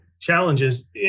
challenges